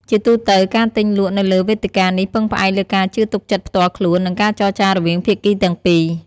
ជាទូទៅ ការទិញលក់នៅលើវេទិកានេះពឹងផ្អែកលើការជឿទុកចិត្តផ្ទាល់ខ្លួននិងការចរចារវាងភាគីទាំងពីរ។